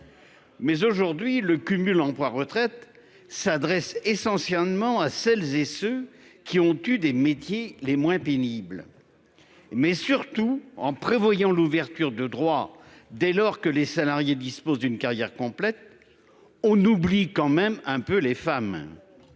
Or, aujourd'hui, le cumul emploi-retraite s'adresse essentiellement à celles et à ceux qui ont exercé les métiers les moins pénibles. Surtout, en prévoyant l'ouverture de droits dès lors que les salariés disposent d'une carrière complète, on oublie tout de même un peu les femmes